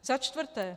Za čtvrté.